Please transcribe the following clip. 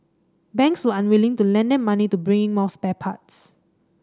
banks were unwilling to lend them money to bring in more spare parts